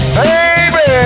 baby